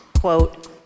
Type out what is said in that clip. quote